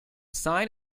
sign